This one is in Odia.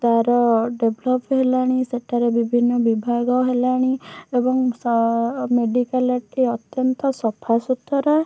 ତା'ର ଡେଭଲପ୍ ହେଲାଣି ସେଠାରେ ବିଭିନ୍ନ ବିଭାଗ ହେଲାଣି ଏବଂ ମେଡ଼ିକାଲ୍ଟି ଅତ୍ୟନ୍ତ ସଫାସୁତରା